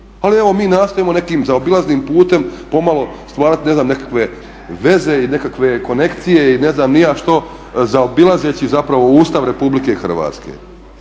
ali evo mi nastojimo nekim zaobilaznim putem pomalo stvarati ne znam nekakve veze i nekakve konekcije i ne znam ni ja što zaobilazeći Ustav RH.